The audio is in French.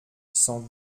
cent